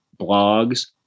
blogs